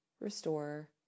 restore